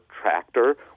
tractor